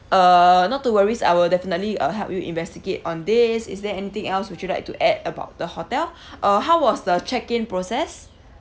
uh not to worries I will definitely uh help you investigate on this is there anything else would you like to add about the hotel uh how was the check in process